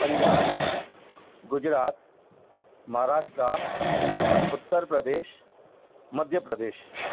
Punjab Gujarat Maharashtra Uttar Pradesh Madhya Pradesh